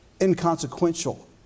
Inconsequential